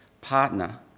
partner